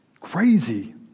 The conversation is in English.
crazy